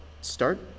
start